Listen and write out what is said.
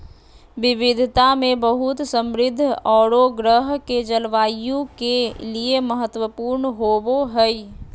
विविधता में बहुत समृद्ध औरो ग्रह के जलवायु के लिए महत्वपूर्ण होबो हइ